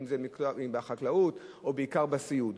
אם בחקלאות או בעיקר בסיעוד.